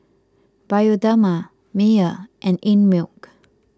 Bioderma Mayer and Einmilk